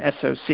SOC